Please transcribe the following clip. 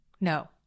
No